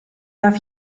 darf